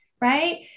right